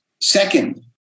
Second